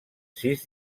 sis